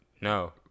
no